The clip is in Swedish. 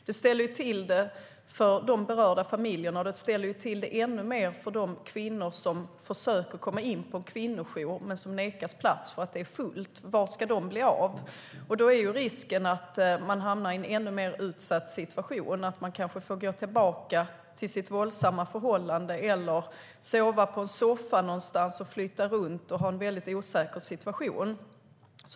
Det ställer alltså till det för de berörda familjerna, och det ställer till det ännu mer för de kvinnor som försöker komma in på en kvinnojour men nekas plats för att det är fullt. Vart ska de bli av? Risken är att man hamnar i en ännu mer utsatt situation och att man kanske får gå tillbaka till sitt våldsamma förhållande eller sova på en soffa någonstans, flytta runt och ha en väldigt osäker situation.